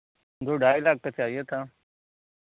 दो ढाई लाख तक चाहिए था